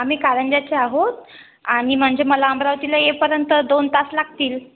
आम्ही करंजाचे आहोत आणि म्हणजे मला अमरावतीला येईपर्यंत दोन तास लागतील